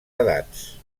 edats